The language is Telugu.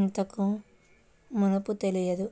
ఇంతకు మునుపు తెలియదు